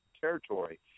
territory